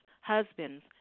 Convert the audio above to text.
husbands